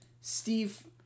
Steve